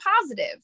positive